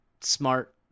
smart